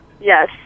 Yes